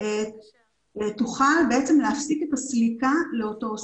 תוכל להפסיק את הסליקה לאותו עוסק.